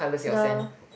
the